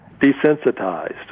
desensitized